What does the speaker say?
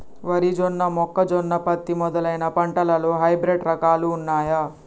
వరి జొన్న మొక్కజొన్న పత్తి మొదలైన పంటలలో హైబ్రిడ్ రకాలు ఉన్నయా?